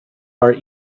our